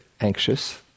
anxious